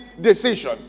decision